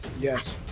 yes